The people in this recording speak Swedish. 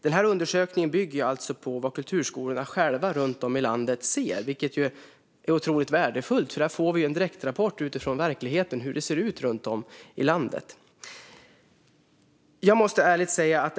Denna undersökning bygger alltså på vad kulturskolorna själva runt om i landet ser. Det är otroligt värdefullt, för där får vi en direktrapport från verkligheten om hur det ser ut runt om i landet.